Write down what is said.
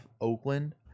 Oakland